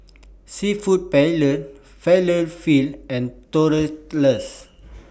Seafood Paella Falafel and Tortillas